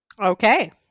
Okay